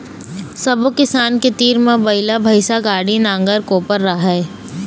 सब्बो किसान के तीर म बइला, भइसा, गाड़ी, नांगर, कोपर राहय